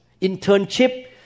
Internship